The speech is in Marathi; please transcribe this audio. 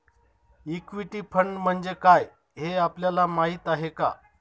इक्विटी फंड म्हणजे काय, हे आपल्याला माहीत आहे का?